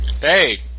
hey